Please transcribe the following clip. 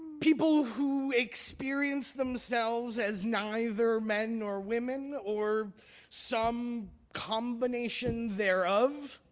people who experience themselves as neither men nor women or some combination thereof?